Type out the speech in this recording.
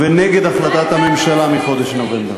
ונגד החלטת הממשלה מחודש נובמבר.